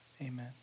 Amen